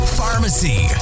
pharmacy